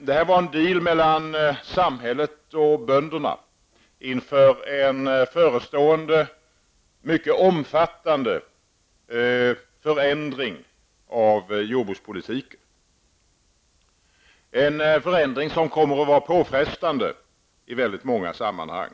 Det här var en uppgörelse mellan samhället och bönderna inför en förestående mycket omfattande förändring av jordbrukspolitiken, en förändring som kommer att vara påfrestande i väldigt många sammanhang.